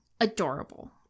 adorable